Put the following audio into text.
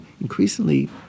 increasingly